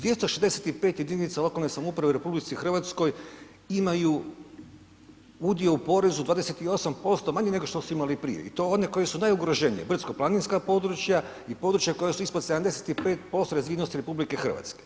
265 jedinica lokalne samouprave u RH imaju udio u porezu 28%, manje nego što su imali ... i to oni koji su najugroženiji, brdsko-planinska područja i područja koja su ispod 75% razvijenosti RH.